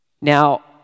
Now